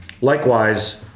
likewise